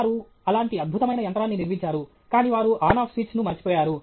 వారు అలాంటి అద్భుతమైన యంత్రాన్ని నిర్మించారు కాని వారు ఆన్ ఆఫ్ స్విచ్ ను మరచిపోయారు